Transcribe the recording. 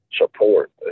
support